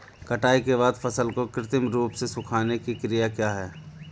कटाई के बाद फसल को कृत्रिम रूप से सुखाने की क्रिया क्या है?